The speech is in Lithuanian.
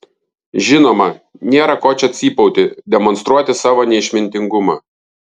žinoma nėra ko čia cypauti demonstruoti savo neišmintingumą